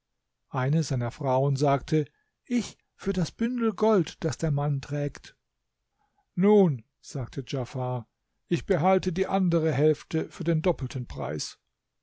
eine seiner frauen sagte ich für das bündel gold das der mann trägt nun sagte djafar ich behalte die andere hälfte für den doppelten preis